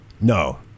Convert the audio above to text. No